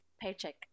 paycheck